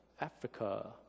Africa